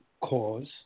cause